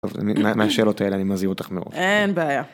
מהשאלות האלה אני מזהיר אותך מאד. אין בעיה.